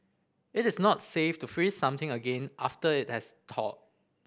it is not safe to freeze something again after it has thawed